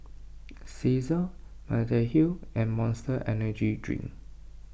Cesar Mediheal and Monster Energy Drink